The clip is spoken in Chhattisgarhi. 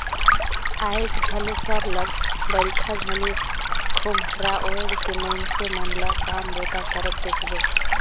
आएज घलो सरलग बरिखा घनी खोम्हरा ओएढ़ के मइनसे मन ल काम बूता करत देखबे